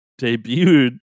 debuted